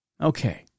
okay